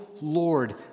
Lord